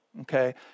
okay